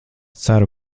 ceru